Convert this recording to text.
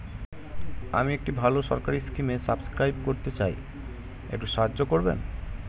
আমি একটি ভালো সরকারি স্কিমে সাব্সক্রাইব করতে চাই, একটু সাহায্য করবেন?